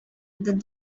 that